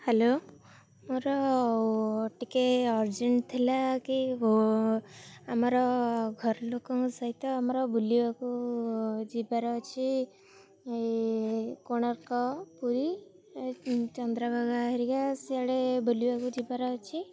hello ମୋର ଟିକେ urgent ଥିଲା କି ଆମର ଘରଲୋକଙ୍କ ସହିତ ଆମର ବୁଲିବାକୁ ଯିବାର ଅଛି କୋଣାର୍କ ପୁରୀ ଚନ୍ଦ୍ରଭାଗା ହେରିକା ସିଆଡ଼େ ବୁଲିବାକୁ ଯିବାର ଅଛି